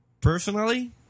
personally